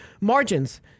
margins